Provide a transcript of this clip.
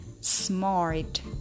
smart